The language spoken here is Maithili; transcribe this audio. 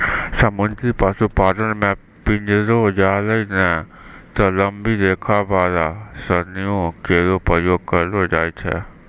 समुद्री पशुपालन म पिंजरो, जालों नै त लंबी रेखा वाला सरणियों केरो प्रयोग करलो जाय छै